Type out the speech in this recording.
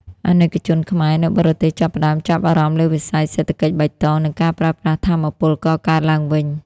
អាណិកជនខ្មែរ នៅបរទេសចាប់ផ្ដើមចាប់អារម្មណ៍លើវិស័យ "សេដ្ឋកិច្ចបៃតង" និងការប្រើប្រាស់ថាមពលកកើតឡើងវិញ។